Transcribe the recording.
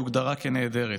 והיא הוגדרה נעדרת.